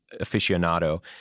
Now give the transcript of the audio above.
aficionado